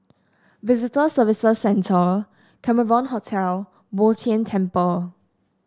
Visitor Services Centre Cameron Hotel Bo Tien Temple